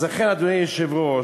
אז לכן, אדוני היושב-ראש,